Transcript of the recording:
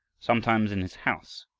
sometimes in his house,